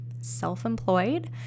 self-employed